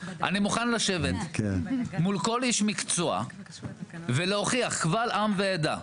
אני מוכן לשבת מול כל איש מקצוע ולהוכיח קבל עם ועדה,